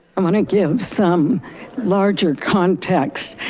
i wanna, give some larger context.